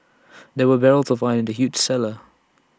there were barrels of wine in the huge cellar